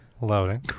Loading